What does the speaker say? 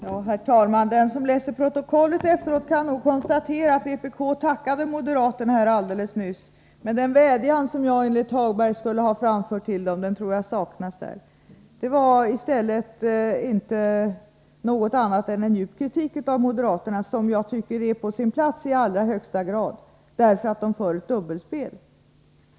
Herr talman! Den som läser protokollet efteråt kan nog konstatera att vpk tackade moderaterna alldeles nyss. Men den vädjan som jag enligt Lars-Ove Hagberg skulle ha framfört till dem tror jag saknas där. Det var i stället inte något annat än en skarp kritik av moderaterna, en kritik som jag tycker är på sin plats i allra högsta grad därför att de för ett dubbelspel.